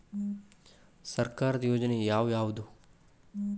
ಸರ್ಕಾರದ ಯೋಜನೆ ಯಾವ್ ಯಾವ್ದ್?